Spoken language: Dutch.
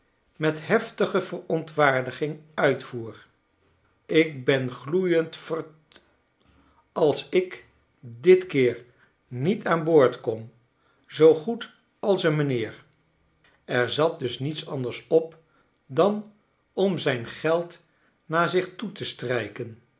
met heftige verontwaardiging uitvoer kbengloeiend verd als k dit keer niet aan boord kom zoogoed als n meneer er zat dusniets anders op dan om zijn geld naar zich toe te strijken